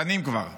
כבר שנים.